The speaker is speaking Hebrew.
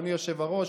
אדוני היושב-ראש,